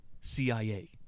CIA